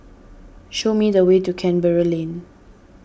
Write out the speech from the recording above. show me the way to Canberra Lane